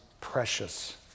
precious